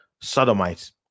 sodomites